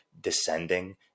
descending